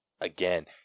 again